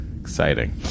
Exciting